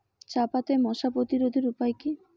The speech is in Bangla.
চাপাতায় মশা প্রতিরোধের উপায় কি?